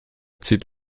zieht